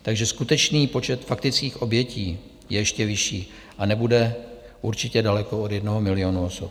Takže skutečný počet faktických obětí je ještě vyšší a nebude určitě daleko od jednoho milionu osob.